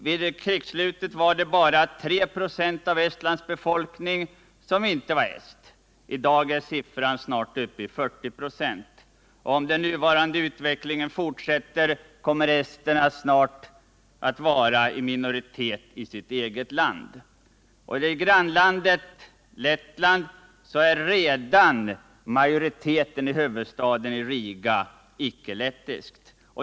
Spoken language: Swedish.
Vid krigsslutet var det bara 3 96 av Estlands befolkning som inte var ester — i dag är siffran snart uppe i 40 926. Om den nuvarande utvecklingen fortsätter kommer esterna före sekelskiftet att vara i minoritet i sitt eget land. I grannlandet Lettland är redan majoriteten i huvudstaden Riga icke-lettisk.